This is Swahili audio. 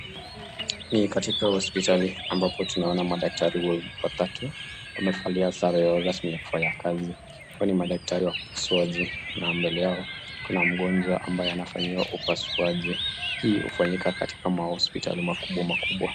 Ni katika hospitali ambapi tunaona madaktari watatu wamevalia sare yao rasmi ya kufanya kazi kwani ni madaktari wa upasuaji na mbele yao kuna mgonjwa ambaye anafanyiwa upasuaji. Hii hufanyika katika mahospitali makubwa makubwa.